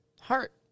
heart